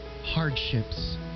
hardships